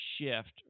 shift